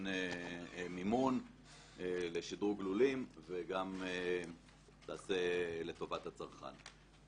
מימון לשדרוג לולים וגם תעשה לטובת הצרכן.